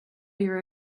your